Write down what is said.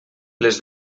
les